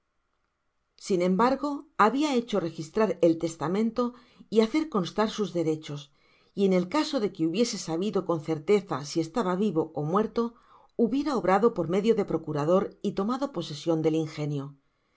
sin embargo faábia hecho registrar el testamento y hacer constar sus derechos y en el caso de que hubiese sabido con certeza si estaba vivo ó muerto hubiera obrado por medio de procurador y to mado posesion del ingenio